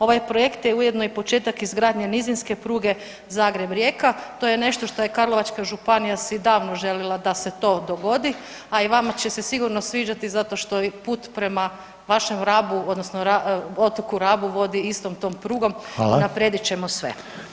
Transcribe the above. Ovaj projekt je ujedno i početak izgradnje nizinske pruge Zagreb-Rijeka, to je nešto što je Karlovačka županija si davno želila da se to dogodi, a i vama će se sigurno sviđati zato što je put prema vašem Rabu odnosno Otoku Rabu vodi istom tom prugom i unaprijedit ćemo sve.